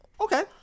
Okay